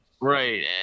Right